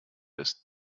ist